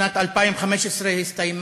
שנת 2015 הסתיימה